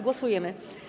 Głosujemy.